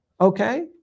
Okay